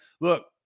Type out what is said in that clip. Look